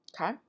Okay